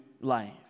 life